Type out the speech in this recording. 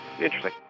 interesting